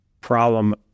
problem